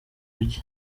mujyi